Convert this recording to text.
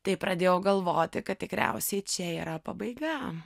tai pradėjau galvoti kad tikriausiai čia yra pabaiga